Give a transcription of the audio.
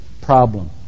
problem